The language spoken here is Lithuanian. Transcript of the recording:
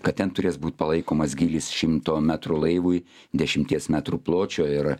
kad ten turės būt palaikomas gylis šimto metrų laivui dešimties metrų pločio ir